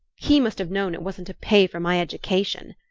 he must have known it wasn't to pay for my education!